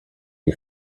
dei